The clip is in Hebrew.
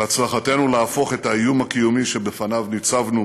על הצלחתנו להפוך את האיום הקיומי שבפניו ניצבנו